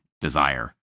desire